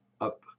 up